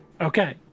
Okay